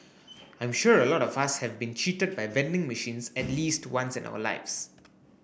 I'm sure a lot of us have been cheated by vending machines at least once in our lives